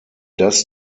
das